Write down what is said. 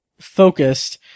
focused